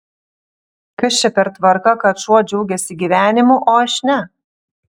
kas čia per tvarka kad šuo džiaugiasi gyvenimu o aš ne